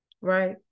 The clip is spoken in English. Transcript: Right